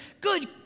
Good